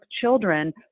children